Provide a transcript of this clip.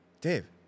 Dave